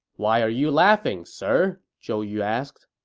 why are you laughing, sir? zhou yu asked